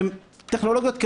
הן טכנולוגיות קיימות,